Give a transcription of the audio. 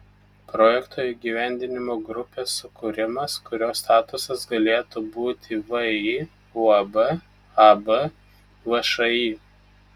projekto įgyvendinimo grupės sukūrimas kurio statusas galėtų būti vį uab ab všį